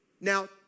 Now